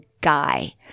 guy